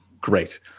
Great